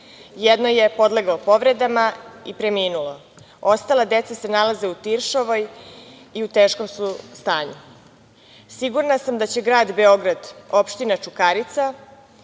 Jedno je podleglo povredama i preminulo. Ostala deca se nalaze u Tiršovoj i u teškom su stanju. Sigurna sam da će grad Beograd, opština Čukarica,